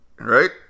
Right